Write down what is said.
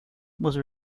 was